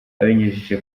abinyujije